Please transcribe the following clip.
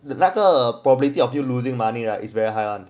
the 那个 probability of you're losing money right it's very high on